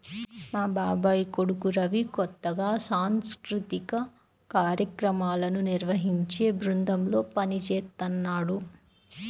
మా బాబాయ్ కొడుకు రవి కొత్తగా సాంస్కృతిక కార్యక్రమాలను నిర్వహించే బృందంలో పనిజేత్తన్నాడు